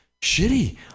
shitty